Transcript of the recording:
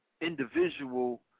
Individual